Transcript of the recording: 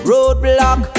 Roadblock